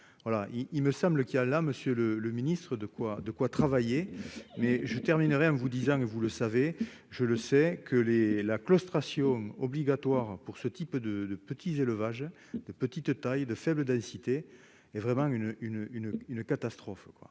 il me semble qu'il y a là monsieur le le ministre de quoi, de quoi travailler mais je terminerai en vous disant, et vous le savez, je le sais que les la claustration obligatoire pour ce type de de petits élevages de petite taille et de faible densité est vraiment une une